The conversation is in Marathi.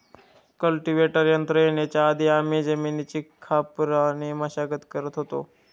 कल्टीवेटर यंत्र येण्याच्या आधी आम्ही जमिनीची खापराने मशागत करत होतो